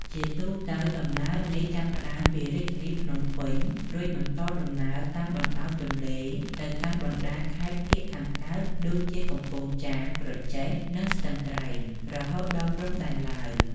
ជាទូទៅ ដំណើរនេះចាប់ផ្តើមពីរាជធានីភ្នំពេញ រួចបន្តដំណើរតាមបណ្ដោយទន្លេទៅកាន់បណ្តាខេត្តភាគខាងកើតដូចជា កំពង់ចាម ក្រចេះ និងស្ទឹងត្រែង រហូតដល់ព្រំដែនឡាវ។